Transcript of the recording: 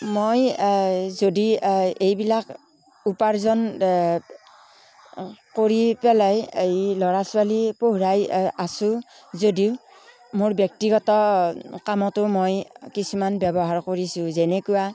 মই যদি এইবিলাক উপাৰ্জন কৰি পেলাই এই ল'ৰা ছোৱালী পঢ়াই আছোঁ যদিও মোৰ ব্য়ক্তিগত কামতো মই কিছুমান ব্য়ৱহাৰ কৰিছোঁ যেনেকুৱা